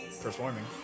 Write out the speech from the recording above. performing